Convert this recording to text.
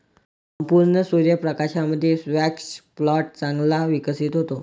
संपूर्ण सूर्य प्रकाशामध्ये स्क्वॅश प्लांट चांगला विकसित होतो